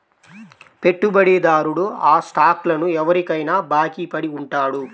పెట్టుబడిదారుడు ఆ స్టాక్లను ఎవరికైనా బాకీ పడి ఉంటాడు